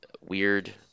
weird